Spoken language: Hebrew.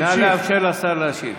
נא לאפשר לשר להשיב.